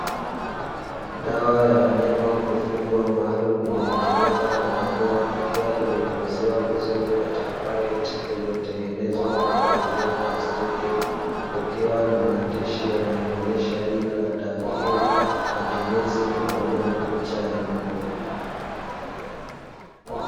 Dawa ya wanyama wa kufugwa maalumu inayotumika kwa mbwa, ikiwa imehifadhiwa vizuri katika pakiti iliyotengenezwa kwa kutumia plastiki, kukiwa na maandishi yanayoonyesha jina la dawa hiyo, matumizi pamoja na picha ya mbwa.